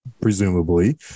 presumably